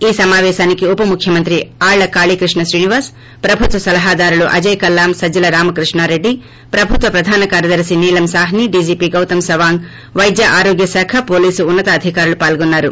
ఈ సమాపేశానికి ఉప ముఖ్యమంత్రి ఆర్ల కాళీ కృష్ణ శ్రీనివాస్ ప్రభుత్వ సలహాదారులు అజేయ కల్లాం సజ్జల రామకృష్ణారెడ్డి ప్రభుత్వ ప్రధాన కార్యదర్తి నీలం సాహ్ని డీజీపీ గౌతమ్ సవాంగ్ వైద్య ఆరోగ్యశాఖ పోలీసు ఉన్న తాధికారులు పాల్గొన్నారు